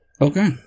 Okay